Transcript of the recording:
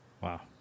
wow